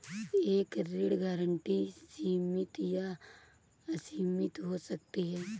एक ऋण गारंटी सीमित या असीमित हो सकती है